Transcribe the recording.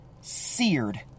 seared